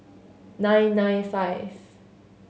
nine nine five